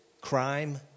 crime